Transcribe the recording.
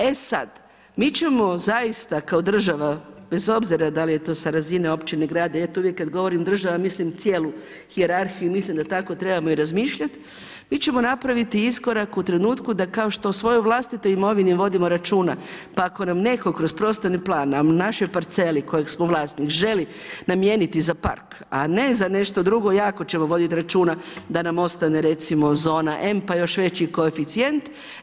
E sad, mi ćemo zaista kao država bez obzira da li je to sa razine općine, grada, ja to uvijek kad govorim država mislim cijelu hijerarhiju i mislim da tako trebamo i razmišljati mi ćemo napraviti iskorak u trenutku da kao što o svojoj vlastitoj imovini vodimo računa, pa ako nam netko kroz prostorni plan na našoj parceli kojeg smo vlasnik želi namijeniti za park, a ne za nešto drugo jako ćemo vodit računa da nam ostane recimo zona M pa još veći koeficijent.